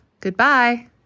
Goodbye